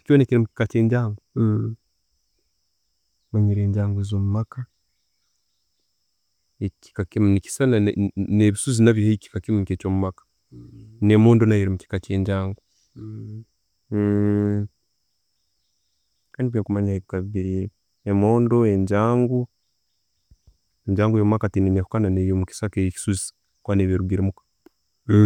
Kyona kiri kika kyenjango, manyire enjangu ezo'mumaka, e kiika kimu, nekisana nebisozi naabyo kiika kimu ne'byomumaka. Ne'mbundu naayo eri mukiika kyenjango, kanibyo nkumanya, Ebundu, enjango, enjango yo'mumaka teyina enywakuna ne'njango yo mukisaka kuba nerugira muka.